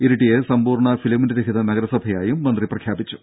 ഇരിട്ടിയെ സമ്പൂർണ്ണ ഫിലമെന്റ് രഹിത നഗരസഭയായും മന്ത്രി പ്രഖ്യാപിച്ചു